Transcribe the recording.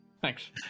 Thanks